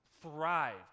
thrive